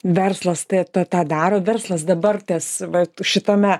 verslas tai ta tą daro verslas dabartės va šitame